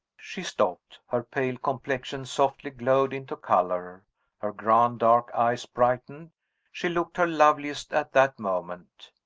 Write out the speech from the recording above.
she stopped. her pale complexion softly glowed into color her grand dark eyes brightened she looked her loveliest at that moment.